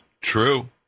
True